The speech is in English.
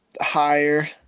higher